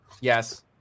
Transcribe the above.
Yes